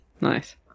Nice